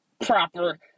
proper